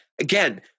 again